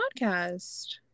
podcast